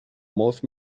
most